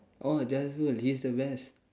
oh that's good he's the best